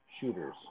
Shooters